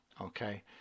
Okay